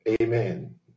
Amen